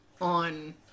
on